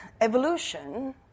evolution